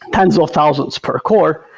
tens of thousands per core.